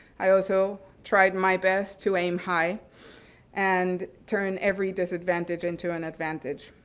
i also tried my best to aim high and turn every disadvantage into an advantage,